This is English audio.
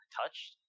touched